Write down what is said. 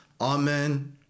amen